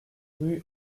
rue